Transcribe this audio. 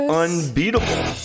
unbeatable